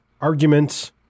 arguments